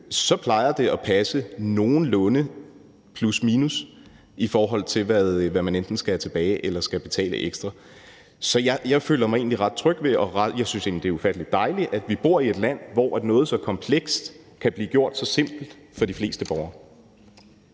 så plejer det at passe nogenlunde – plus/minus – i forhold til hvad man enten skal have tilbage eller skal betale ekstra. Jeg synes egentlig, det er ufattelig dejligt, at vi bor i et land, hvor noget så komplekst kan blive gjort så simpelt for de fleste borgere.